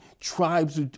tribes